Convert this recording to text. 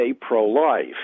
pro-life